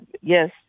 yes